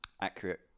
accurate